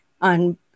on